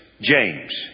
James